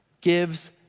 gives